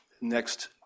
next